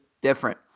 different